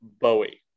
Bowie